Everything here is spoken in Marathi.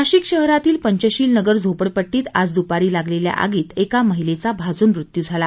नाशिक शहरातील पंचशील नगर झोपडपट्टीत आज दुपारी लागलेल्या आगीत एका महिलेचा भाजून मृत्यू झाला